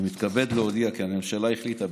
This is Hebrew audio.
אני מתכבד להודיע כי הממשלה החליטה,